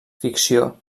ficció